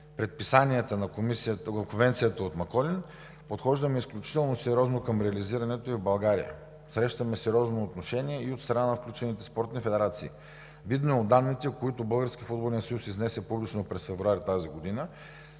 предписанията на Конвенцията от Маколин, подхождаме изключително сериозно към реализирането ѝ в България. Срещаме сериозно отношение и от страна на включените спортни федерации. Видно е от данните, които Българският футболен съюз изнесе публично през февруари тази година,